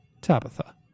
Tabitha